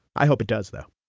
i hope it does, though